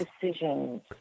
decisions